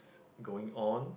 going on